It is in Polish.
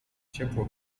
ciepło